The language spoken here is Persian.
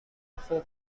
خوب